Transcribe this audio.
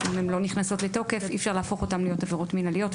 אם הן לא נכנסות לתוקף אי אפשר להפוך אותן להיות עבירות מינהליות.